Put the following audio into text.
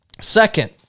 second